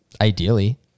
Ideally